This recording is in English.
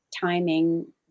timing